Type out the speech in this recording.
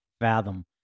fathom